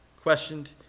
questioned